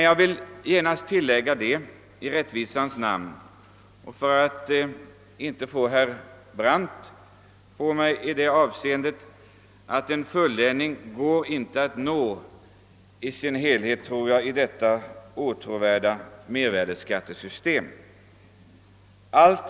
Jag vill genast tillägga, i rättvisans namn och även för att inte få herr Brandts argument över mig i detta avseende, att det inte går att uppnå en fulländning av detta åtråvärda mervärdeskattesystem.